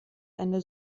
eine